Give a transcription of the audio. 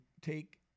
take